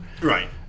Right